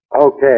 Okay